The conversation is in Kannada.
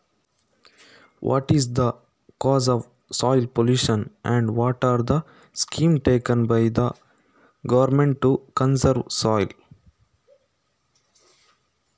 ಮಣ್ಣಿನ ಮಾಲಿನ್ಯಕ್ಕೆ ಕಾರಣವೇನು ಮತ್ತು ಮಣ್ಣನ್ನು ಸಂರಕ್ಷಿಸಲು ಸರ್ಕಾರ ಯಾವ ಯೋಜನೆಗಳನ್ನು ಕೈಗೊಂಡಿದೆ?